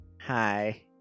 hi